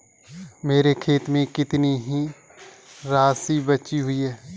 मेरे खाते में कितनी राशि बची हुई है?